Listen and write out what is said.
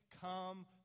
come